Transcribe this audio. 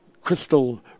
crystal